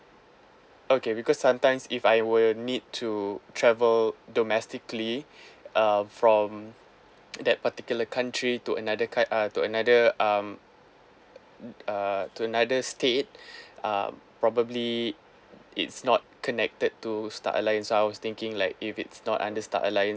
okay because sometimes if I were need to travel domestically um from that particular country to another cou~ uh to another um uh to another state um probably it's not connected to star alliance so I was thinking like if it's not under star alliance